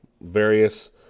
various